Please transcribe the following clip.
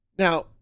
Now